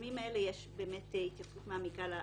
שבהסכמים האלה יש באמת התייחסות מעמיקה לסוגיות.